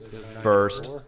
First